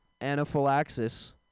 anaphylaxis